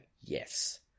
yes